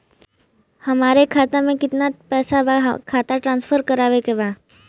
हमारे खाता में कितना पैसा बा खाता ट्रांसफर करावे के बा?